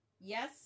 Yes